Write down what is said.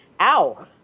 ow